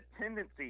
tendency